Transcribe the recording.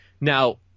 Now